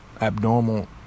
Abnormal